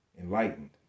Enlightened